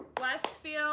Westfield